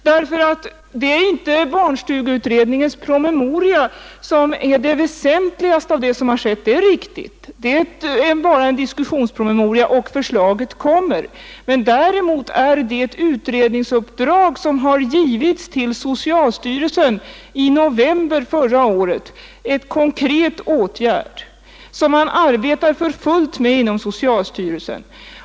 Det är inte barnstugeutredningens promemoria som är det väsentligaste i det som har skett — det är riktigt. Den är bara en diskussionspromemoria och barnstugeutredningens slutliga förslag kommer. Däremot är det utredningsuppdrag som har givits till socialstyrelsen i november förra året en konkret åtgärd som man arbetar för fullt med inom socialstyrelsen.